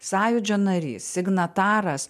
sąjūdžio narys signataras